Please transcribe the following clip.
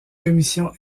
commission